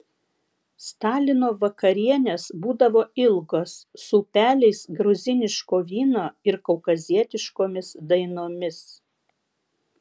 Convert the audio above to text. stalino vakarienės būdavo ilgos su upeliais gruziniško vyno ir kaukazietiškomis dainomis